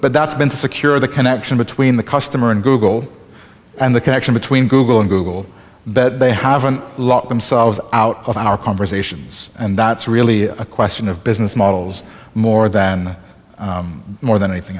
but that's been secure the connection between the customer and google and the connection between google and google that they haven't locked themselves out of our conversations and that's really a question of business models more than more than anything